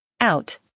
Out